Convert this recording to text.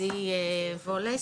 עדי וולס.